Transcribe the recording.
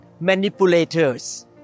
Manipulators